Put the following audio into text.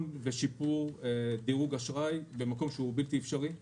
ושיפור דירוג אשראי במקום שהוא בלתי אפשרי,